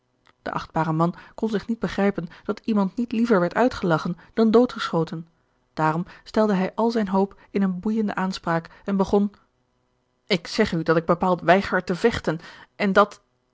de achtbare man kon zich niet begrijpen dat iemand niet liever werd uitgelagchen dan doodgeschoten daarom stelde hij al zijne hoop in eene boeijende aanspraak en begon ik zeg u dat ik bepaald weiger te vechten en dat